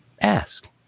ask